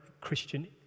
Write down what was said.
Christian